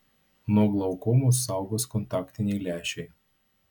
nuo glaukomos saugos kontaktiniai lęšiai